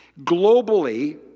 Globally